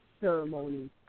ceremony